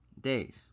days